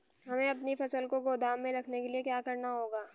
हमें अपनी फसल को गोदाम में रखने के लिये क्या करना होगा?